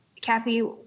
Kathy